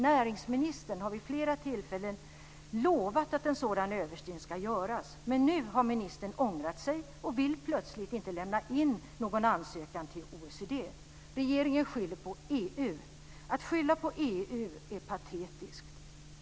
Näringsministern har vid flera tillfällen lovat att en sådan översyn ska göras, men nu har ministern ångrat sig och vill plötsligt inte lämna in någon ansökan till OECD. Regeringen skyller på Att skylla på EU är patetiskt.